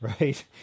right